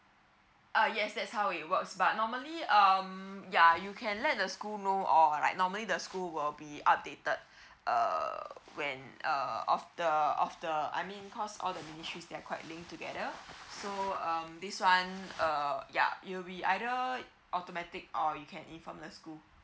uh yes that's how it works but normally um ya you can let the school know or like normally the school will be updated err when err of the of the I mean cause all the ministry they're quite linked together so um this one uh yup it will be either automatic or you can inform the school